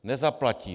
Nezaplatí.